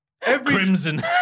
Crimson